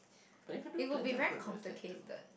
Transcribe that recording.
but you could do plenty of good with that too